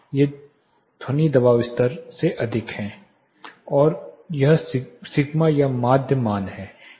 ये ध्वनि दबाव स्तर से अधिक हैं और यह सिग्मा या माध्य मान है